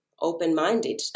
open-minded